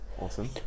Awesome